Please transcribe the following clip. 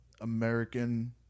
American